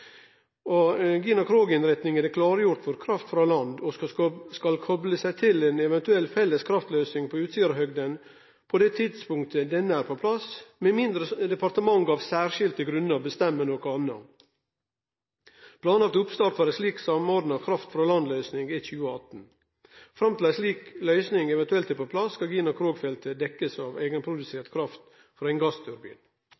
kraft frå land og skal kople seg til ei eventuell felles kraftløysing på Utsirahøgda på det tidspunktet denne er på plass, med mindre departementet av særskilte grunnar bestemmer noko anna. Planlagd oppstart for ei slik samordna kraft-frå-land-løysing er 2018. Fram til ei slik løysing eventuelt er på plass, skal Gina Krog-feltet bli dekt av